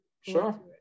sure